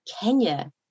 Kenya